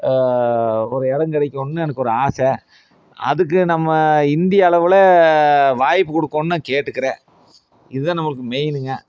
ஒரு இடம் கிடைக்கோணும்ன்னு எனக்கு ஒரு ஆசை அதுக்கு நம்ம இந்திய அளவில் வாய்ப்பு கொடுக்கணுனு நான் கேட்டுக்கிறேன் இதுதான் நமக்கு மெயினுங்க